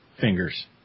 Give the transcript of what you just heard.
Fingers